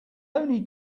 only